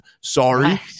sorry